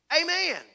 Amen